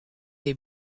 les